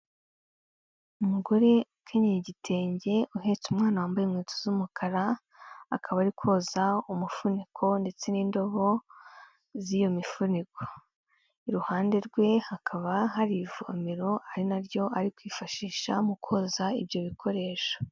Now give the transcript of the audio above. Umugore ukenyeye igitenge uhetse umwana wambaye inkweto z'umukara, akaba ari koza umufuniko ndetse n'indobo z'iyo mifuniko, iruhande rwe hakaba hari ivomero, ari naryo ari kwifashisha mu koza ibyo bikoresho.